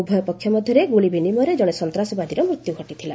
ଉଭୟ ପକ୍ଷ ମଧ୍ୟରେ ଗୁଳି ବିନିମୟରେ ଜଣେ ସନ୍ତାସବାଦୀର ମୃତ୍ୟୁ ଘଟିଥିଲା